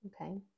Okay